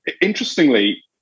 interestingly